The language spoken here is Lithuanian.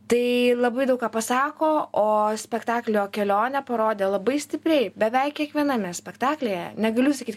tai labai daug ką pasako o spektaklio kelionė parodė labai stipriai beveik kiekviename spektaklyje negaliu sakyt